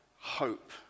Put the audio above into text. hope